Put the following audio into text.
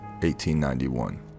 1891